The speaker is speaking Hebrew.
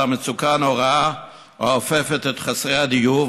המצוקה הנוראה האופפת את חסרי הדיור,